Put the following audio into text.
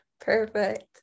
Perfect